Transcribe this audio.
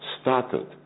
started